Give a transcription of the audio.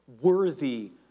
worthy